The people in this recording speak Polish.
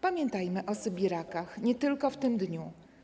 Pamiętajmy o sybirakach nie tylko w tym dniu.